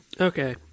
Okay